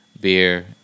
beer